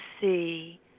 see